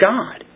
God